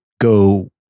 go